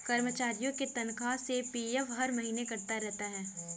कर्मचारियों के तनख्वाह से पी.एफ हर महीने कटता रहता है